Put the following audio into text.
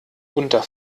unter